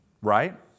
Right